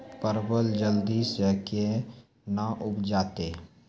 परवल जल्दी से के ना उपजाते?